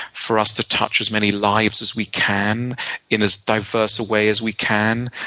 for us to touch as many lives as we can in as diverse a way as we can,